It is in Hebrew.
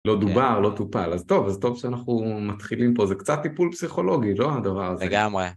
לא דובר, לא טופל, אז טוב, אז טוב שאנחנו מתחילים פה, זה קצת טיפול פסיכולוגי, לא? הדבר הזה, לגמרי.